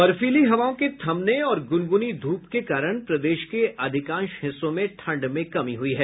बर्फीली हवाओं के थमने और गुनगुनी धूप के कारण प्रदेश के अधिकांश हिस्सों में ठंड में कमी हुई है